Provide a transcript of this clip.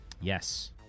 Yes